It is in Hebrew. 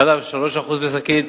חלב 3% בשקית,